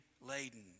laden